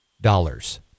dollars